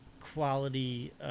quality